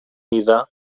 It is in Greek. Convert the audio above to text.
είδα